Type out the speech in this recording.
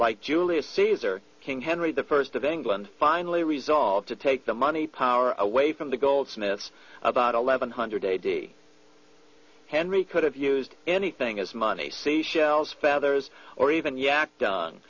like julius caesar king henry the first of england finally resolved to take the money power away from the goldsmith about eleven hundred a day henry could have used anything as money seashells feathers or even yak d